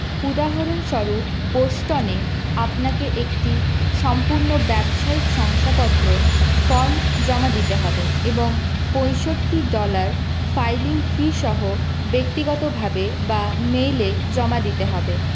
উদাহরণস্বরূপ বোস্টনে আপনাকে একটি সম্পূর্ণ ব্যবসায়িক শংসাপত্র ফর্ম জমা দিতে হবে এবং পঁয়ষট্টি ডলার ফাইলিং ফি সহ ব্যক্তিগতভাবে বা মেইলে জমা দিতে হবে